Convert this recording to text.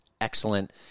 Excellent